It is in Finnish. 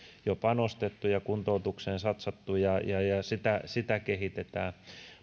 nyt panostettu ja kuntoutukseen satsattu ja ja sitä sitä kehitetään